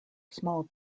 small